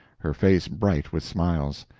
her face bright with smiles.